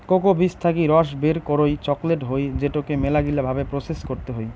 cocoa বীজ থাকি রস বের করই চকলেট হই যেটোকে মেলাগিলা ভাবে প্রসেস করতে হই